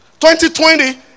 2020